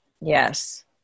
Yes